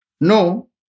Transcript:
No